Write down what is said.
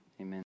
Amen